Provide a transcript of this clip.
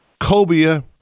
cobia